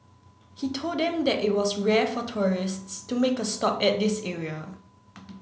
he told them that it was rare for tourists to make a stop at this area